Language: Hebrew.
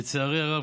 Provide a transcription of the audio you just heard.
לצערי הרב,